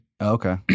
Okay